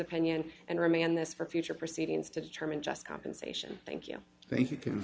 opinion and remand this for future proceedings to determine just compensation thank you thank you can